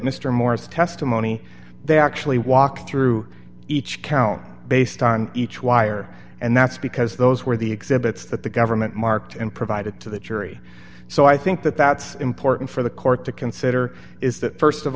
mr moore's testimony they actually walked through each count based on each wire and that's because those were the exhibits that the government marked and provided to the jury so i think that that's important for the court to consider is that st of